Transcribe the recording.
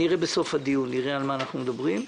אנחנו נראה בסוף הדיון על מה אנחנו מדברים.